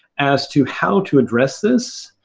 as to how to address this,